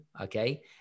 okay